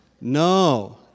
No